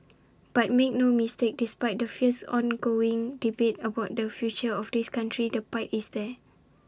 but make no mistake despite the fierce ongoing debate about the future of this country the pride is there